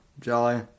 Jolly